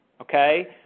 okay